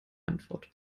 antwort